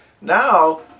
Now